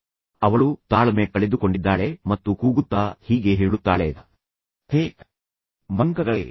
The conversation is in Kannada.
ಅವಳು ಬರುತ್ತಾಳೆ ಮತ್ತು ತನ್ನ ತಾಳ್ಮೆಯನ್ನು ಕಳೆದುಕೊಂಡಿದ್ದಾಳೆ ಮತ್ತು ನಂತರ ಅವಳು ಅವರ ಮೇಲೆ ಕೂಗುತ್ತಾಳೆ ಮತ್ತು ಅವಳು ಹೀಗೆ ಹೇಳುತ್ತಾಳೆಃ ಹೇ ಮಂಗಗಳೇ